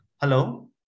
Hello